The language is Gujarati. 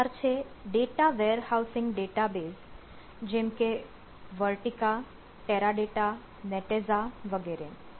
બીજો પ્રકાર છે ડેટા વેરહાઉસીંગ ડેટાબેઝ જેમ કે Vertica Teradata Netezza વગેરે